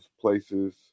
places